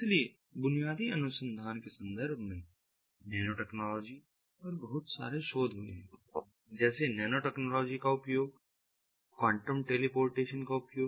इसलिए बुनियादी अनुसंधान के संदर्भ में नैनो टेक्नोलॉजी पर बहुत सारे शोध हुए हैं जैसे नैनो टेक्नोलॉजी का उपयोग क्वांटम टेलीपोर्टेशन का उपयोग